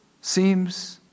seems